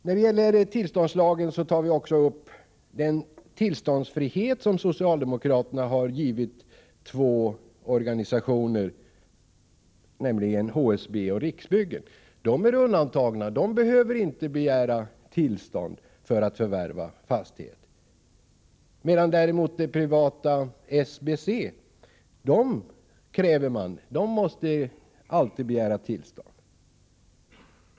När det gäller tillståndslagen tar vi också upp den tillståndsfrihet som socialdemokraterna har givit två organisationer, nämligen HSB och Riksbyggen. De är undantagna och behöver inte begära tillstånd för att förvärva en fastighet, medan däremot det privata SBC alltid måste begära tillstånd.